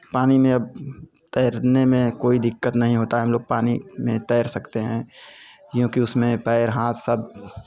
पानी में अब तैरने में कोई दिक्कत नहीं होता हमलोग पानी में तैर सकते हैं क्योंकि उसमें पैर हाथ सब